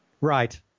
Right